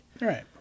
Right